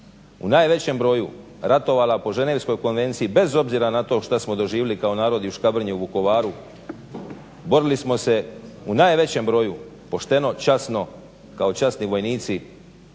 u najvećem broju ratovala po Ženevskoj konvenciji bez obzira na to što smo doživjeli kao narod i u Škabrnji i u Vukovaru. Borili smo se u najvećem broju pošteno, časno, kao časni vojnici